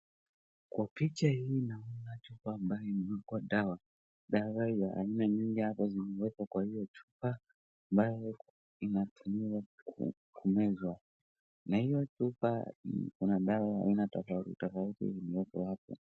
Kwa picha hii naona chupa ambayo imewekwa dawa. Dawa ya aina nyingi hapa zimewekwa kwa hiyo chupa ambayo inatumiwa kumezwa. Na hiyo chupa kuna dawa ya aina tofauti tofauti zimewekwa hapo.